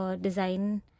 design